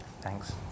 Thanks